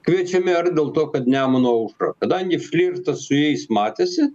kviečiami ar dėl to kad nemuno aušra kadangi flirtas su jais matėsi